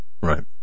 Right